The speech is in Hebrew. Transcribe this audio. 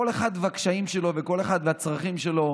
כל אחד והקשיים שלו וכל אחד והצרכים שלו,